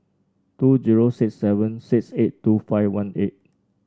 two zero six seven six eight two five one eight